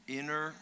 inner